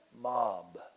mob